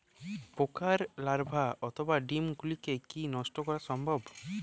পোকার লার্ভা অথবা ডিম গুলিকে কী নষ্ট করা সম্ভব?